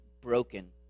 broken